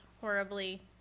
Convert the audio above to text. horribly